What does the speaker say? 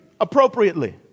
appropriately